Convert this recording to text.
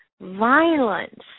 violence